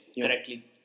correctly